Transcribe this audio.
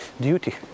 duty